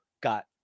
got